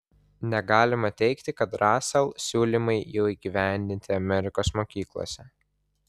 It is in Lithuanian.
negalima teigti kad rasel siūlymai jau įgyvendinti amerikos mokyklose